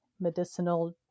medicinal